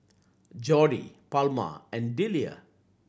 Jordy Palma and Deliah